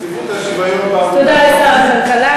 בנציבות השוויון בעבודה, תודה לשר הכלכלה.